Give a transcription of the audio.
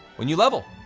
when you level!